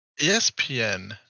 ESPN